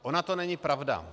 Ona to není pravda.